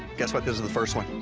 guess what, this is the first one.